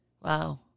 Wow